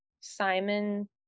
Simon